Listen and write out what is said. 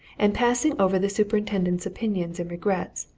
and passing over the superintendent's opinions and regrets,